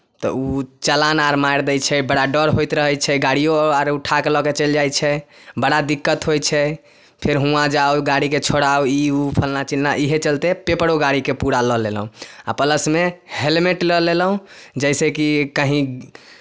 तऽ ओ चालान अर मारि दै छै बड़ा डर होइत रहै छै गाड़िओ आर ओ उठा कऽ लऽ कऽ चलि जाइ छै बड़ा दिक्कत होइ छै फेर हुआँ जाउ गाड़ीकेँ छोड़ाउ ई ओ फल्लाँ चिल्लाँ इएह चलते पेपरो गाड़ीके पूरा लऽ लेलहुँ आ प्लसमे हैलमेट लऽ लेलहुँ जाहिसँ कि कहीँ